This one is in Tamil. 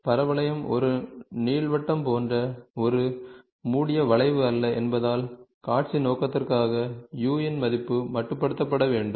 பரவளையம் ஒரு நீள்வட்டம் போன்ற ஒரு மூடிய வளைவு அல்ல என்பதால் காட்சி நோக்கத்திற்காக u இன் மதிப்பு மட்டுப்படுத்தப்பட வேண்டும்